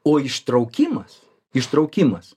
o ištraukimas ištraukimas